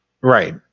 right